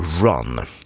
Run